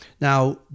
Now